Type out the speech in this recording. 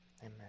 Amen